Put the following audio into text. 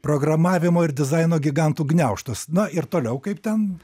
programavimo ir dizaino gigantų gniaužtus na ir toliau kaip ten